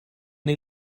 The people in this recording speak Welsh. neu